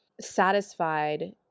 satisfied